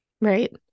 Right